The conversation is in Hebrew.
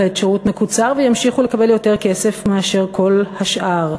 שירות מקוצר וימשיכו לקבל יותר כסף מאשר כל השאר.